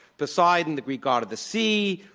poseidon, the greek god of the sea,